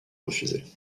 refuser